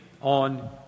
on